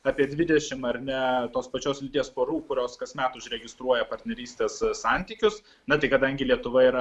apie dvidešimt ar ne tos pačios lyties porų kurios kasmet užregistruoja partnerystės santykius na tai kadangi lietuva yra